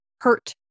hurt